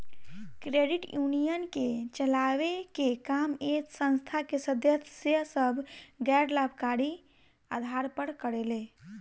credit union के चलावे के काम ए संस्था के सदस्य सभ गैर लाभकारी आधार पर करेले